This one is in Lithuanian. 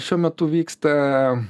šiuo metu vyksta